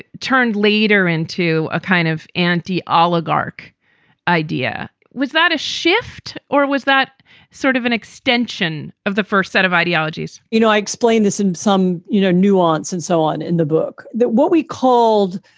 turned leader into a kind of anti ah oligarch idea. was that a shift or was that sort of an extension of the first set of ideologies? you know, i explain this in some, you know, nuance and so on in the book that what we called,